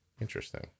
Interesting